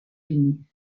unis